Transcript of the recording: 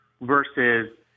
versus